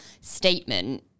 statement